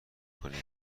کنید